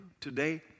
today